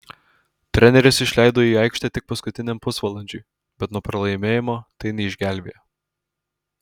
treneris išleido jį į aikštę tik paskutiniam pusvalandžiui bet nuo pralaimėjimo tai neišgelbėjo